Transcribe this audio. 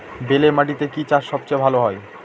বেলে মাটিতে কি চাষ সবচেয়ে ভালো হয়?